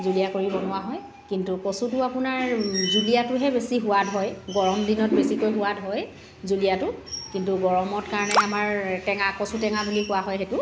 জুলীয়া কৰি বনোৱা হয় কিন্তু কচুটো আপোনাৰ জুলীয়াটোহে বেছি সোৱাদ হয় গৰম দিনত বেছিকৈ সোৱাদ হয় জুলীয়াটো কিন্তু গৰমত কাৰণে আমাৰ টেঙা কচু টেঙা বুলি কোৱা হয় সেইটো